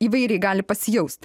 įvairiai gali pasijaust